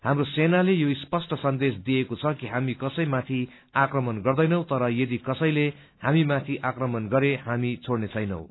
हाप्रो सेनाले यो स्पष्ट सन्देश दिएको छ कि हामी कसैमाथि आक्रमण गर्दैनौ तर यदि कसैले हामीमाथि आक्रमण गरे हामी छोइने छैनौं